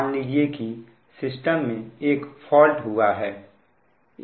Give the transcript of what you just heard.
मान लीजिए कि सिस्टम में एक फॉल्ट हुआ है